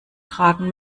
tragen